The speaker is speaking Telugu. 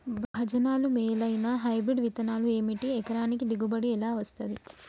భజనలు మేలైనా హైబ్రిడ్ విత్తనాలు ఏమిటి? ఎకరానికి దిగుబడి ఎలా వస్తది?